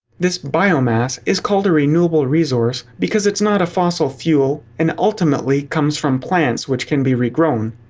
this biomass is called a renewable resource because it's not a fossil fuel, and ultimately comes from plants which can be regrown.